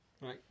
right